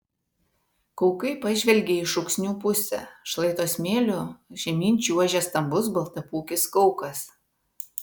kaukai pažvelgė į šūksnių pusę šlaito smėliu žemyn čiuožė stambus baltapūkis kaukas